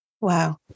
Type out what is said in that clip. Wow